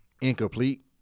incomplete